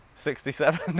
sixty seven?